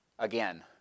again